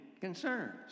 concerns